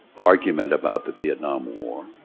argument about the vietnam war,